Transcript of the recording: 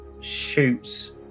shoots